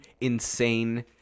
insane